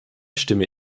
stimme